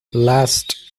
last